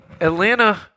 Atlanta